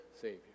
Savior